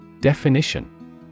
Definition